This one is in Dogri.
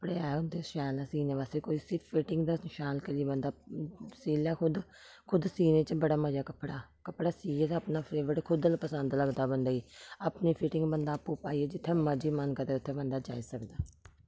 कपड़े है होंदे शैल ऐ सीने बास्तै कोई सिर्फ फिटिंग दा शैल करियै बंदा सी ले खुद खुद सीने च बड़ा मजा कपड़ा कपड़ा सीऐ अपना फेवरट खुद पसंद लगदा बंदे गी अपनी फिटिंग बंदा आपूं पाइयै जित्थै मर्जी मन करै उत्थै बंदा जाई सकदा